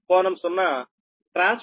transformer T1 కు అది j0